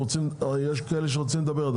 יש עוד אנשים שרוצים לדבר.